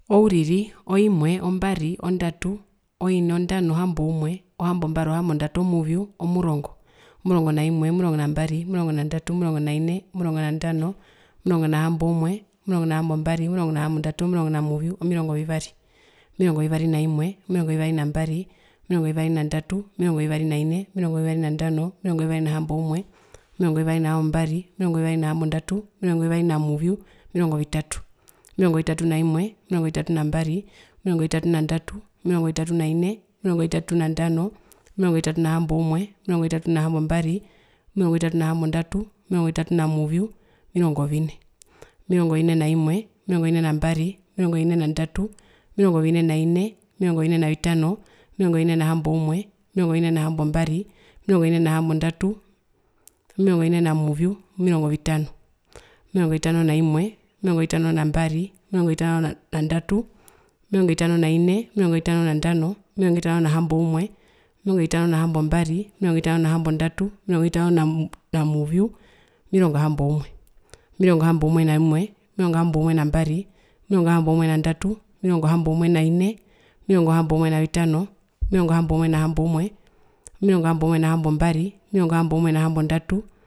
Ouriri, oimwe. Ombari, ondatu, oine, ondano. Ohamboumwe. Ohambombari, ohambondatu. Omuvyu. Omurongo, omurongo na imwe, omurongo na mbari. Omurongo na ndatu, omurongo na ine, omurongo na ndano, omurongo na hamboumwe, omurongo na hambombari, omurongo na hambondatu, omurongo na muvyu, omirongo vivari, omirongo vivari na imwe, omirongo vivari nambari, omirongo vivari na ndatu, omirongo vivari na ine, omirongo vivari na ndano, omirongo vivari na hamboumwe, omirongo vivari na hambombari, omirongo vivari na hambondatu, omirongo vivari na muvyu, omirongo vitatu. Omirongo vitatu na imwe, omirongo vitatu nambari, omirongo vitatu na ndatu, omirongo vitatu na ine, omirongo vitatu na ndano, omirongo vitatu na hamboumwe, omirongo vitatu na hambombari, omirongo vitatu na hambondatu, omirongo vitatu na muvyu, omirongo vine. Omirongo vine naimwe, omirongo vine nambari, omirongo vine na ndatu, omirongo vine na ine, omirongo vine na ndano, omirongo vine na hamboumwe, omirongo vine na hambombari, omirongo vine na hambondatu, omirongo vine na muvyu, omirongo vitano. Omirongo vitano naimwe, omirongo vitano na mbari, omirongovitano na ndatu, omirongo vitano na ine, omirongo vitano na ndano, omirongo vitano na hamboumwe, omirongo vitano na hambombari, omirongo vitano na hambondatu, omirongo vitano na muvyu, omirongo hamboumwe. Omirongo hamboumwe na imwe, omirongo hamboumwe na mbari, omirongo hamboumwe na ndatu, omirongo hamboumwe na ine, omirongo hamboumwe na ndano, omirongo hamboumwe na hamboumwe, omirongo hamboumwe na hambombari, omirongo hamboumwe na hambondatu.